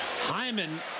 Hyman